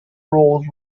roles